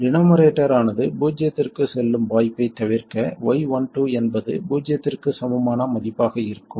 denominator ஆனது பூஜ்ஜியத்திற்குச் செல்லும் வாய்ப்பைத் தவிர்க்க y12 என்பது பூஜ்ஜியத்திற்குச் சமமான மதிப்பாக இருக்கும்